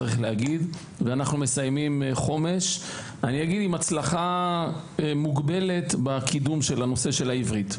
אנחנו מסיימים חומש עם הצלחה מוגבלת בקידום נושא העברית.